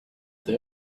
they